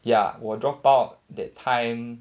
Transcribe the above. ya 我 dropped out that time